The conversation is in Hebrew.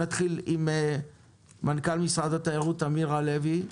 נתחיל עם מנכ"ל משרד התיירות, אמיר הלוי.